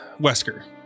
Wesker